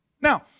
Now